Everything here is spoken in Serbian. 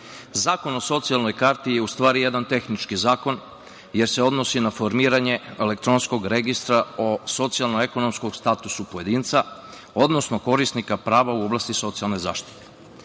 zakon o socijalnoj karti je u stvari jedan tehnički zakon jer se odnosi na formiranje elektronskog registra o socijalno-ekonomskom statusu pojedinca, odnosno korisnika prava u oblasti socijalne zaštite. Kada